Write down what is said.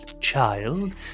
child